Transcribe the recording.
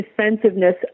defensiveness